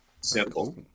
Simple